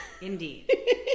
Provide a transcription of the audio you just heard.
indeed